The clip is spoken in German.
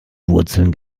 wurzeln